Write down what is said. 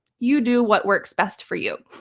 you do what works best for you.